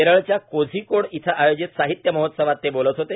केरळच्या कोझिकोड इथं आयोजित साहित्य महोत्सवात ते बोलत होते